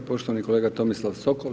Poštovani kolega Tomislav Sokol.